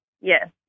Yes